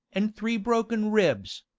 an' three broken ribs,